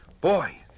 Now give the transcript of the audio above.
Boy